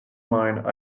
mine